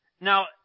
Now